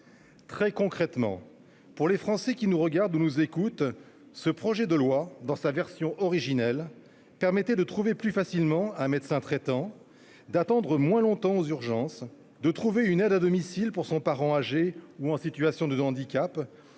Très concrètement, pour les Français qui nous écoutent, ce projet de loi, dans sa version originelle, permettait de trouver plus facilement un médecin traitant, d'attendre moins longtemps aux urgences, de trouver une aide à domicile pour son parent âgé ou en situation de handicap,